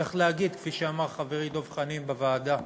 צריך להגיד, כפי שאמר חברי דב חנין בוועדה,